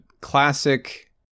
classic